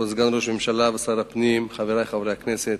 כבוד סגן ראש הממשלה ושר הפנים, חברי חברי הכנסת,